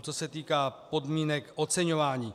Co se týká podmínek oceňování.